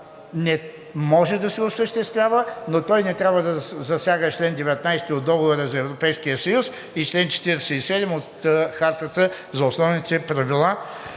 не може да се осъществява, но той не трябва да засяга чл. 19 от Договора за Европейския съюз и чл. 47 от Хартата за основните права